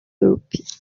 europe